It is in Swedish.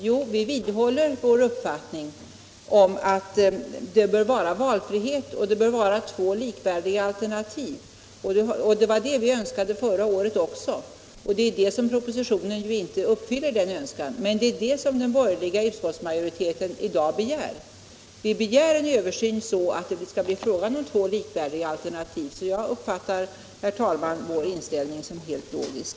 Jo, vi vidhåller vår uppfattning att det bör vara valfrihet mellan två likvärdiga alternativ. Det var det vi önskade förra året också, och det är det önskemålet som propositionen inte tillgodoser. Den borgerliga utskottsmajoriteten begär alltså i dag en översyn så att det skall bli fråga om två likvärdiga alternativ. Jag uppfattar således vår inställning som helt logisk.